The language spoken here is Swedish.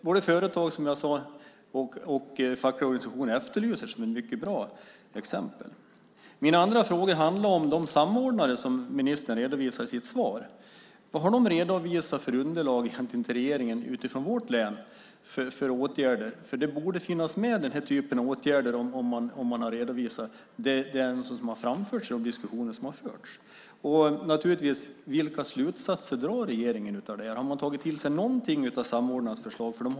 Både företag, som jag sade, och fackliga organisationer efterlyser det som ett mycket bra exempel. Mina andra frågor handlade om de samordnare som ministern redovisar i sitt svar. Vad har de redovisat för underlag till regeringen utifrån vårt län? Den typen av åtgärder borde finnas med om man har redovisat det och framfört det i diskussioner som har förts. Vilka slutsatser drar regeringen av det här? Har man tagit till sig något av samordnarnas förslag?